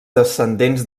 descendents